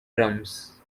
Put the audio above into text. drums